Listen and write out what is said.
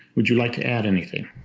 would you like to add anything?